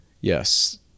Yes